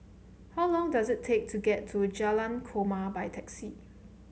how long does it take to get to Jalan Korma by taxi